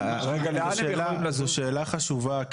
זו שאלה חשובה,